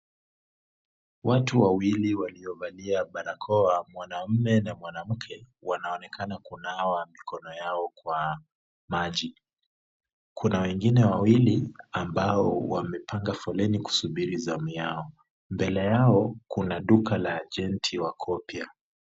Watu wawili waliovalia barakoa, mwanamme na mwanamke wanaonekana kunawa mikono yao kwa maji. Kuna wengine wawili ambao wamepanga foleni kusubiri zamu yao. Mbele yao kuna duka la ajenti wa copia.